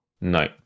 No